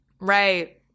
Right